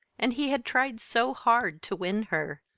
and he had tried so hard to win her!